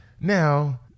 Now